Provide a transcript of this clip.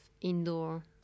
indoor